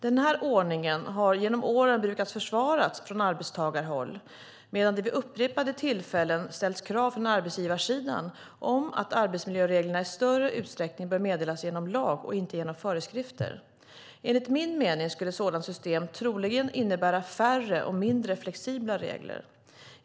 Den ordningen har genom åren brukat försvaras från arbetstagarhåll medan det vid upprepade tillfällen ställts krav från arbetsgivarsidan om att arbetsmiljöregler i större utsträckning bör meddelas genom lag och inte genom föreskrifter. Enligt min mening skulle ett sådant system troligen innebära färre och mindre flexibla regler.